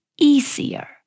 easier